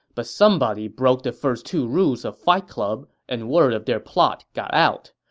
but somebody broke the first two rules of fight club and word of their plot got out.